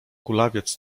kulawiec